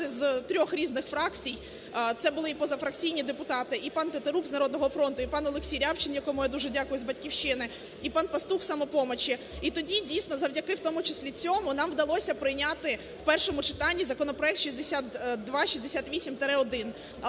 з трьох різних фракцій, це були і позафракційні депутати, і пан Тетерук з "Народного фронту", і пан Олексій Рябчин, якому я дуже дякую, з "Батьківщина", і пан Пастух з "Самопомочі". І тоді, дійсно, завдяки, в тому числі цьому, нам вдалося прийняти в першому читанні законопроект 6268-1.